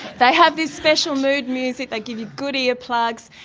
they have this special mood music, they give you good ear plugs.